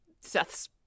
Seth's